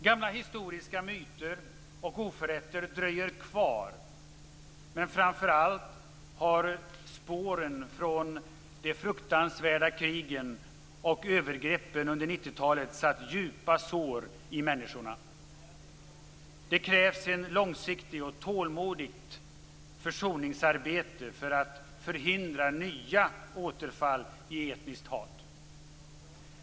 Gamla historiska myter och oförrätter dröjer kvar, men framför allt har spåren från de fruktansvärda krigen och övergreppen under 90-talet satt djupa sår i människorna. Det krävs ett långsiktigt och tålmodigt försoningsarbete för att förhindra nya återfall i etniskt hat.